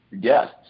guests